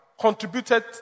contributed